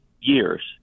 years